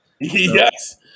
yes